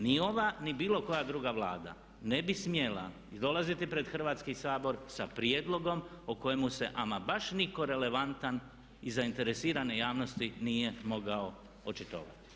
Ni ova ni bilo koja druga Vlada ne bi smjela dolaziti pred Hrvatski sabor sa prijedlogom o kojemu se ama baš nitko relevantan iz zainteresirane javnosti nije mogao očitovati.